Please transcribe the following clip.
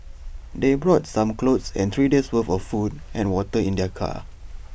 they brought some clothes and three days' worth of food and water in their car